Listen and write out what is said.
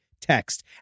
Text